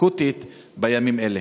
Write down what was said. אקוטית בימים אלה.